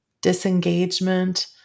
disengagement